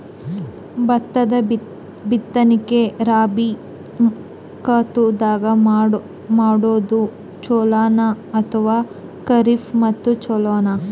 ಭತ್ತದ ಬಿತ್ತನಕಿ ರಾಬಿ ಋತು ದಾಗ ಮಾಡೋದು ಚಲೋನ ಅಥವಾ ಖರೀಫ್ ಋತು ಚಲೋನ?